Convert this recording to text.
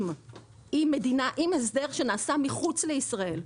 אם ההסדר נעשה מחוץ לישראל,